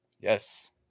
Yes